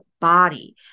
body